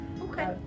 Okay